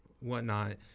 Whatnot